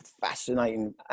fascinating